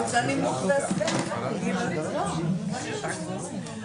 יש דרך התנהלות של הישיבה ומי שמנהל את הישיבה,